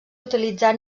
utilitzat